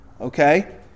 okay